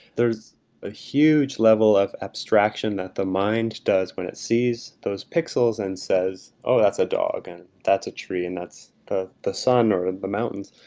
there's a huge level of abstraction that the mind does when it sees those pixels and says, that's a dog, and that's a tree, and that's the the sun, or the mountains.